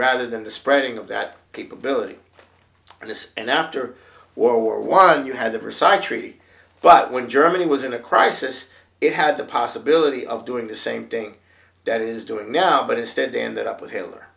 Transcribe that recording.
rather than the spreading of that capability and this and after world war one you had the precise treaty but when germany was in a crisis it had the possibility of doing the same thing that is doing now but instead ended up with hitler